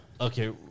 Okay